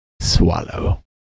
swallow